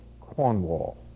Cornwall